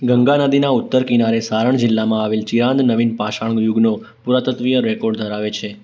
ગંગા નદીના ઉત્તર કિનારે સારણ જિલ્લામાં આવેલું ચિરાંદ નવીન પાષાણ યુગનો પુરાતત્વીય રેકોર્ડ ધરાવે છે